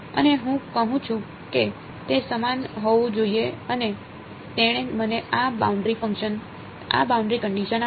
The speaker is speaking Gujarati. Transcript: અને હું કહું છું કે તે સમાન હોવું જોઈએ અને તેણે મને આ બાઉન્ડરી કંડિશન આપી